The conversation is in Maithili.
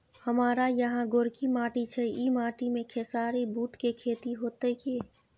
हमारा यहाँ गोरकी माटी छै ई माटी में खेसारी, बूट के खेती हौते की?